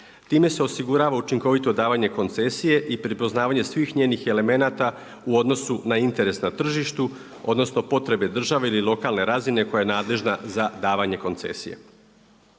Time se osigurava učinkovito davanje koncesije i prepoznavanje svih njenih elemenata u odnosu na interes na tržištu odnosno potrebe države ili lokalne razine koja je nadležna za davanje koncesije.